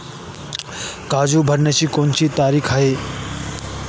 कर्ज भरण्याची कोणती तारीख आहे?